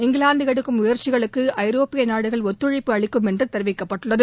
இங்கிலாந்து எடுக்கும் முயற்சிகளுக்கு ஐரோப்பிய நாடுகள் ஒத்துழைப்பு அளிக்கும் என்று தெரிவிக்கப்பட்டுள்ளது